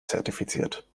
zertifiziert